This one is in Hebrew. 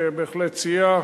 שבהחלט סייע.